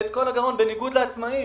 בניגוד לעצמאיים.